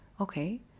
okay